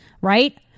right